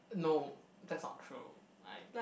no that's not true